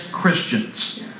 Christians